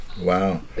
wow